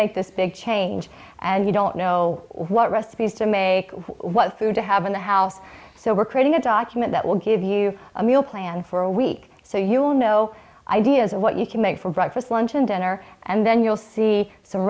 make this big change and you don't know what recipes to make what food to have in the house so we're creating a document that will give you a meal plan for a week so you'll know ideas of what you can make for breakfast lunch and dinner and then you'll see some